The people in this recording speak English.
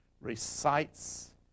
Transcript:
recites